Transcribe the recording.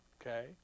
Okay